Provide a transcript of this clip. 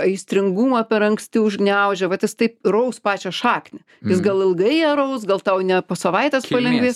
aistringumą per anksti užgniaužia vat taip raus pačią šaknį jis gal ilgai ją raus gal tau ne po savaitės palengvės